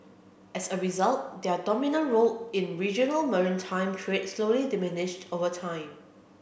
as a result their dominant role in regional maritime trade slowly diminished over time